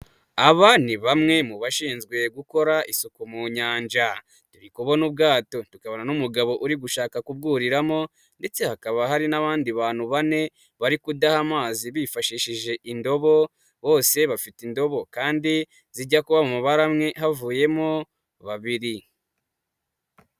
Aba ni bamwe mu bashinzwe gukora isuku mu nyanja, turi kubona ubwato tukabona n'umugabo uri gushaka kubwuriramo ndetse hakaba hari n'abandi bantu bane, bari kudaha amazi bifashishije indobo, bose bafite indobo, kandi zijya kuba mubara havuyemo babiri.